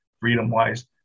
freedom-wise